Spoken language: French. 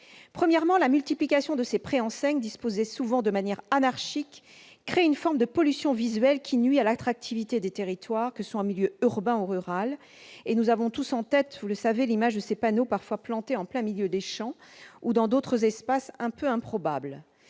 Premièrement, la multiplication de ces préenseignes, disposées souvent de manière anarchique, crée une forme de pollution visuelle qui nuit à l'attractivité des territoires, que ce soit en milieu urbain ou rural. Nous avons tous en tête l'image de ces panneaux, parfois plantés en plein milieu des champs ou dans d'autres espaces improbables.